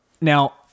now